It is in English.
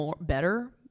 better